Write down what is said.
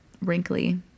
wrinkly